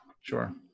sure